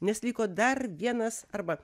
nes liko dar vienas arba